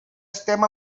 estem